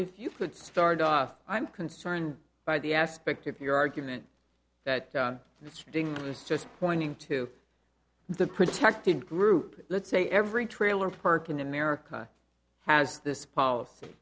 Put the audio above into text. if you could start off i'm concerned by the aspect of your argument that it's doing it's just pointing to the protected group let's say every trailer park in america has this policy